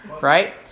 right